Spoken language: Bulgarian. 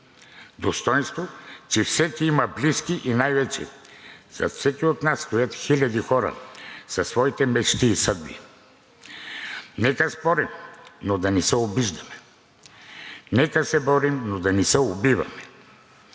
достойнство, че всеки има близки и най-вече – зад всеки от нас стоят хиляди хора със своите мечти и съдби. Нека спорим, но да не се обиждаме! Нека се борим, но да не се убиваме!